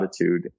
attitude